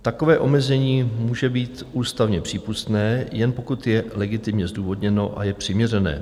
Takové omezení může být ústavně přípustné, jen pokud je legitimně zdůvodněno a je přiměřené.